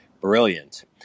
Brilliant